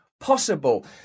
possible